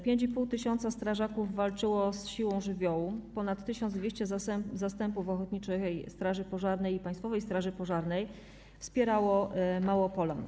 5,5 tys. strażaków walczyło z siłą żywiołu, ponad 1200 zastępów ochotniczej straży pożarnej i Państwowej Straży Pożarnej wspierało Małopolan.